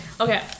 Okay